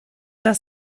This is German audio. das